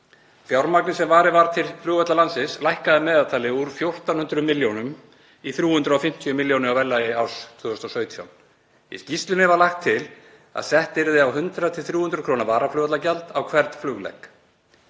Fjármagnið sem varið var til flugvalla landsins lækkaði að meðaltali úr 1.400 milljónum í 350 milljónir á verðlagi ársins 2017. Í skýrslunni var lagt til að sett yrði á 100–300 kr. varaflugvallagjald á hvern fluglegg.